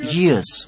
years